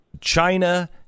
China